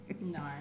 No